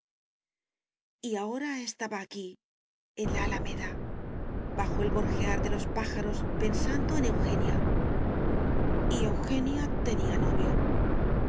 y ahora estaba aquí en la alameda bajo el gorjear de los pájaros pensando en eugenia y eugenia tenía novio